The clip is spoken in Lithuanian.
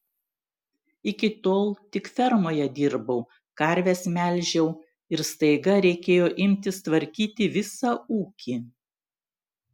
iki tol tik fermoje dirbau karves melžiau ir staiga reikėjo imtis tvarkyti visą ūkį